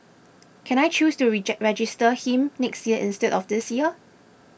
can I choose to register him next year instead of this year